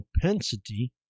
propensity